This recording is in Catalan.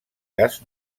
gas